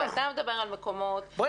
ואתה מדבר על מקומות שבהם --- בואי